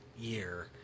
year